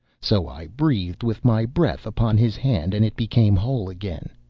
so i breathed with my breath upon his hand, and it became whole again,